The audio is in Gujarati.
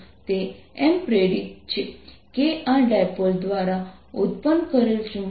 તો તે ફક્ત ટાઇપ કરવામાં ભૂલ છે